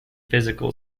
physical